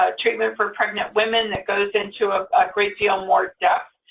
ah treatment for pregnant women that goes into a great deal more depth,